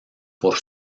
por